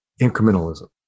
incrementalism